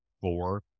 four